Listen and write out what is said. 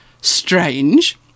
strange